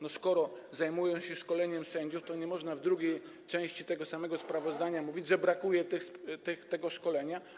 No skoro zajmują się szkoleniem sędziów, to nie można w drugiej części tego samego sprawozdania mówić, że brakuje tego szkolenia.